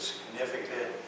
significant